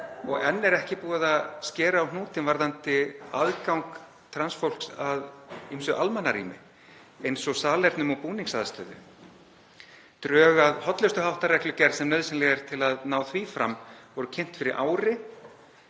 enn er ekki búið að skera á hnútinn varðandi aðgang trans fólks að ýmsu almannarými, eins og salernum og búningsaðstöðu. Drög að hollustuháttareglugerð, sem nauðsynleg er til að ná því fram, voru kynnt fyrir ári.